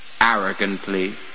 Arrogantly